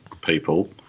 people